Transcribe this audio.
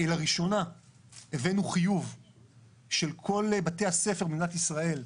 לראשונה הבאנו חיוב של כל בתי הספר במדינת ישראל.